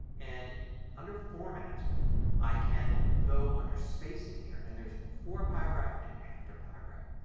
and under format i can go under spacing here and there's before paragraph and after paragraph.